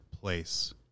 place